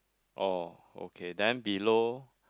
oh okay then below